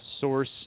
Source